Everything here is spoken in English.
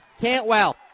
Cantwell